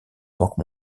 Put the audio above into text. banque